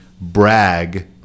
brag